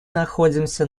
находимся